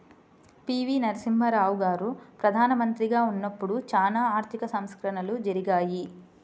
పి.వి.నరసింహారావు గారు ప్రదానమంత్రిగా ఉన్నపుడు చానా ఆర్థిక సంస్కరణలు జరిగాయి